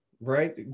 right